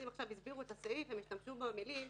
עכשיו הסבירו את הסעיף הם השתמשו במילים